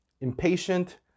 impatient